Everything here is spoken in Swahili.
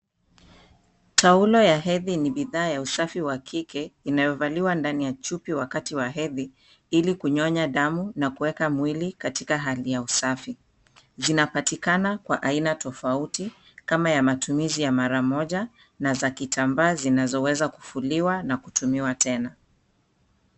Taulo ya hedhi ni bidhaa ya usafi wa kike inayovaliwa ndani ya chupi wakati wa hedhi, ili kunyonya damu na kuweka mwili katika hali ya usafi. Zinapatikana kwa aina tofauti, kama ya matumizi ya mara moja na za kitambaa zinazoweza kufuliwa na kutumiwa tena.